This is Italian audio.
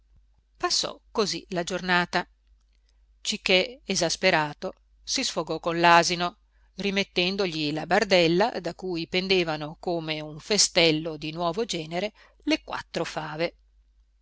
passò così la giornata cichè esasperato si sfogò con l'asino rimettendogli la bardella da cui pendevano come un festello di nuovo genere le quattro fave